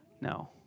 No